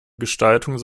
gestaltung